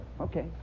Okay